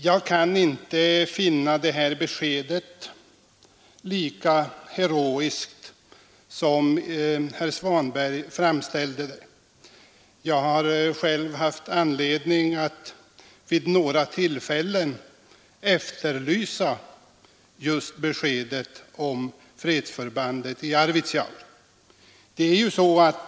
Jag kan inte finna detta besked lika heroiskt som herr Svanberg framställde det. Jag har själv haft anledning att vid några tillfällen efterlysa besked om fredsförbandet i Arvidsjaur.